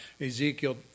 Ezekiel